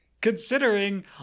considering